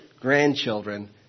grandchildren